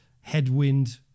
headwind